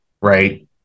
right